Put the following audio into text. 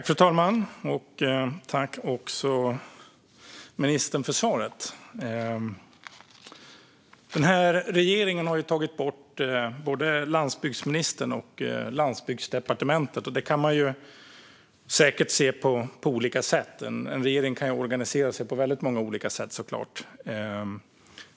Fru talman! Jag tackar ministern för svaret. Den här regeringen har tagit bort både landsbygdsministern och Landsbygdsdepartementet. Detta kan säkert ses på olika sätt - en regering kan såklart organisera sig på väldigt många olika sätt.